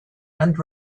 and